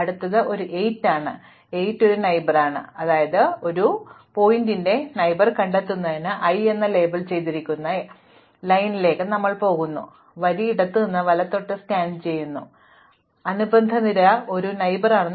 അടുത്തത് ഒരു 8 ആണ് അതിനാൽ 8 ഒരു അയൽവാസിയാണ് അതിനാൽ ഒരു ശീർഷകത്തിന്റെ അയൽക്കാരെ കണ്ടെത്തുന്നതിന് i എന്ന് ലേബൽ ചെയ്തിരിക്കുന്ന വരിയിലേക്ക് ഞങ്ങൾ പോകുന്നു ഞങ്ങൾ വരി ഇടത്തുനിന്ന് വലത്തോട്ട് സ്കാൻ ചെയ്യുന്നു അനുബന്ധ നിര ഒരു അയൽവാസിയാണ്